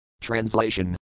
Translation